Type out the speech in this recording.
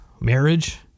marriage